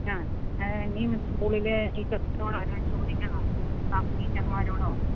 ആ ഇനിയും സ്കൂളിലെ ടീച്ചേഴ്സിനോട് വല്ലതും ചോദിക്കണോ ക്ളാസ് ടീച്ചർമാരോടോ